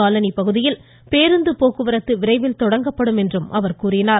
colony பகுதியில் பேருந்து போக்குவரத்து விரைவில் தொடங்கப்படும் என்றார்